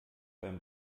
beim